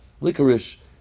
licorice